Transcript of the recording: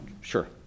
Sure